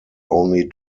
only